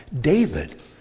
David